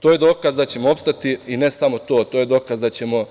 To je dokaz da ćemo opstati i ne samo to, to je dokaz da ćemo se